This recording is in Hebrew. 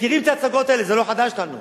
מכירים את ההצגות האלה, זה לא חדש לנו.